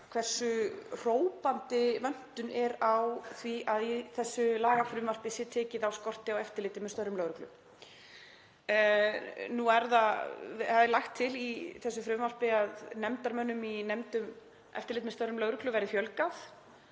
hversu hrópandi vöntun er á því að í þessu lagafrumvarpi sé tekið á skorti á eftirliti með störfum lögreglu. Það er lagt til í þessu frumvarpi að nefndarmönnum í nefnd um eftirlit með störfum lögreglu verði fjölgað